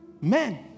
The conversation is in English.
Men